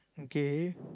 okay